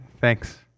Thanks